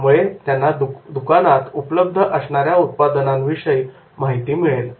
त्यामुळे त्यांना दुकानात उपलब्ध असणाऱ्या उत्पादनांविषयी माहिती मिळेल